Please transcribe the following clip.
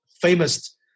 famous